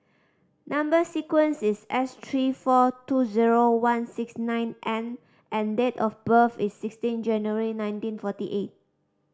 number sequence is S three four two zero one six nine N and date of birth is sixteen January nineteen forty eight